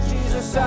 Jesus